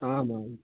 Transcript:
आमाम्